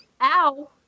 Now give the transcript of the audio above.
Ow